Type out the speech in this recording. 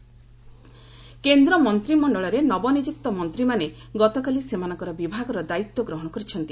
ministers take charge କେନ୍ଦ୍ର ମନ୍ତ୍ରିମଣ୍ଡଳରେ ନବନିଯୁକ୍ତ ମନ୍ତ୍ରୀମାନେ ଗତକାଲି ସେମାନଙ୍କର ବିଭାଗର ଦାୟିତ୍ୱ ଗ୍ରହଣ କରିଛନ୍ତି